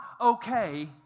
okay